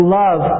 love